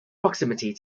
proximity